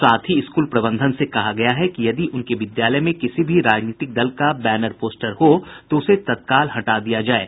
साथ ही स्कूल प्रबंधन से कहा गया है कि यदि उनके विद्यालय में किसी भी राजनीतिक दल का बैनर पोस्टर हो तो उसे तत्काल हटा दिया जाये